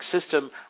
system